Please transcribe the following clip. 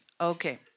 Okay